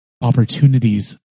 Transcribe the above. opportunities